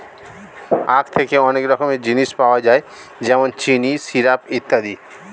আখ থেকে অনেক রকমের জিনিস পাওয়া যায় যেমন চিনি, সিরাপ ইত্যাদি